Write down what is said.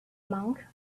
monk